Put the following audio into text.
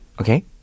Okay